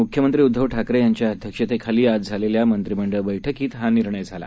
मुख्यमंत्रीउद्धवठाकरेयांच्याअध्यक्षतेखालीआजझालेल्यामंत्रिमंडळबैठकीतहानिर्णयझाला